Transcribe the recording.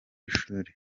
ishuli